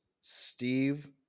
Steve